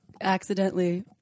accidentally